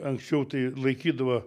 anksčiau tai laikydavo